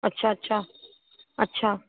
अच्छा अच्छा अच्छा